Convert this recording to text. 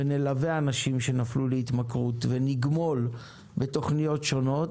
נלווה אנשים שנפלו להתמכרות ונגמול בתוכניות שונות.